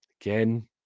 again